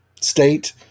State